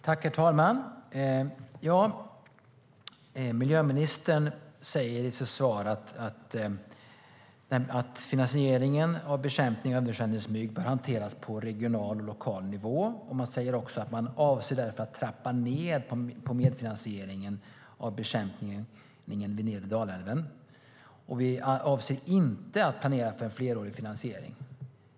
Herr talman! Miljöministern säger i sitt svar att finansieringen av bekämpning av översvämningsmygg bör hanteras på regional och lokal nivå. Hon säger också att man därför avser att trappa ned på medfinansieringen av bekämpningen vid nedre Dalälven och att regeringen inte avser att planera för en flerårig finansiering.